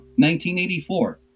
1984